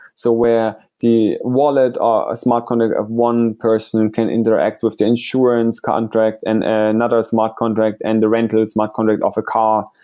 so where the wallet or a smart contract of one person can interact with the insurance contract and and another smart contract and the rental smart contract of a car,